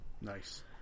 Nice